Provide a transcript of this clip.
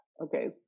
Okay